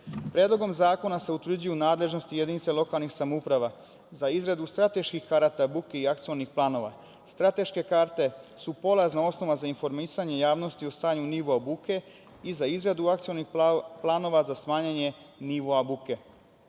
Direktive. Predlogom zakona se utvrđuju nadležnosti jedinica lokalnih samouprava za izradu strateških karata buke i akcionih planova. Strateške karte su polazna osnova za informisanje javnosti o stanju nivoa buke i za izradu akcionih planova za smanjenje nivoa buke.